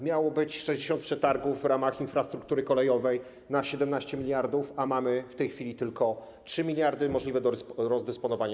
Miało być 60 przetargów w ramach infrastruktury kolejowej na 17 mld, a mamy w tej chwili tylko 3 mld możliwe do rozdysponowania.